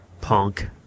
Punk